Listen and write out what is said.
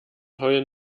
heulen